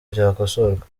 byakosorwa